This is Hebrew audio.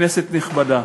כנסת נכבדה,